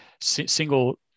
single